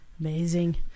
Amazing